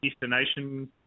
destination